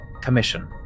commission